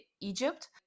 Egypt